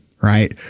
right